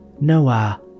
Noah